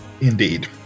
Indeed